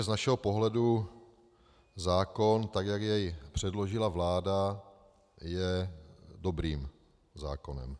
Z našeho pohledu zákon, tak jak jej předložila vláda, je dobrým zákonem.